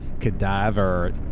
cadaver